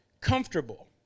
comfortable